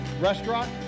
restaurant